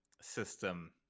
system